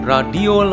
Radio